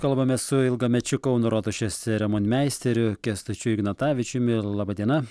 kalbamės su ilgamečiu kauno rotušės ceremonmeisteriu kęstučiu ignatavičiumi laba diena